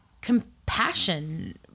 compassion